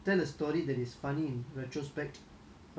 but may had but may not have been funny at that time